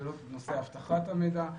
אבטחת המידע,